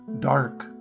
dark